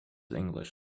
english